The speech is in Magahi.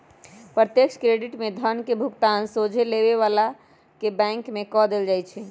प्रत्यक्ष क्रेडिट में धन के भुगतान सोझे लेबे बला के बैंक में कऽ देल जाइ छइ